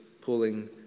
pulling